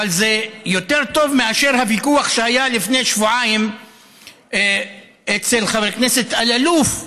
אבל זה יותר טוב מאשר הוויכוח שהיה לפני שבועיים אצל חבר הכנסת אלאלוף,